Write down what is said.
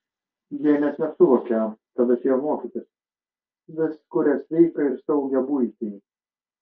jie net nesuvokia kad atėjo mokytis vis kuria sveiką ir saugią buitį